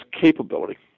capability